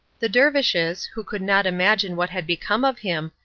the dervishes, who could not imagine what had become of him,